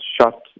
shot